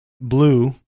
blue